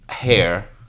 Hair